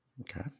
Okay